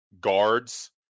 guards